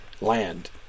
land